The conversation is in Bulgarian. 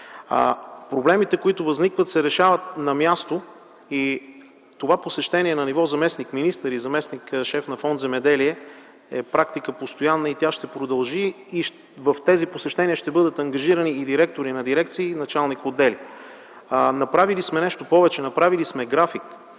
Проблемите, които възникват, се решават на място. Това посещение на ниво заместник-министър и заместник-шеф на фонд „Земеделие” е постоянна практика и тя ще продължи. В тези посещения ще бъдат ангажирани и директори на дирекции, и началник-отдели. Направили сме нещо повече. Направили сме график,